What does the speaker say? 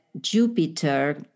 Jupiter